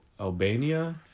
Albania